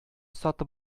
сатып